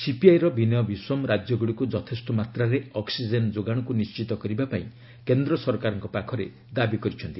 ସିପିଆଇର ବିନୟ ବିଶ୍ୱମ୍ ରାଜ୍ୟଗୁଡ଼ିକୁ ଯଥେଷ୍ଟ ମାତ୍ରାରେ ଅକ୍ସିଜେନ୍ ଯୋଗାଶକୁ ନିଶ୍ଚିତ କରିବା ପାଇଁ କେନ୍ଦ୍ର ସରକାରଙ୍କ ପାଖରେ ଦାବି କରିଛନ୍ତି